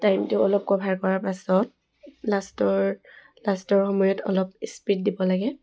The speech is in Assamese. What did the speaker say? টাইমটো অলপ কভাৰ কৰাৰ পাছত লাষ্টৰ লাষ্টৰ সময়ত অলপ স্পীড দিব লাগে